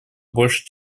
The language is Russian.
большее